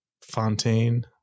Fontaine